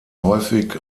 häufig